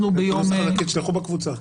את הנוסח הנקי תשלחו בקבוצה.